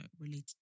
related